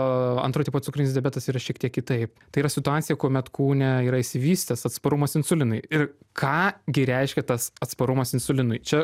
o antro tipo cukrinis diabetas yra šiek tiek kitaip tai yra situacija kuomet kūne yra išsivystęs atsparumas insulinui ir ką gi reiškia tas atsparumas insulinui čia